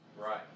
right